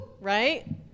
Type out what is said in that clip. right